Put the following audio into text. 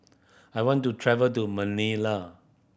I want to travel to Manila